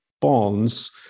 bonds